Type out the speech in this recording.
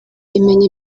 imenya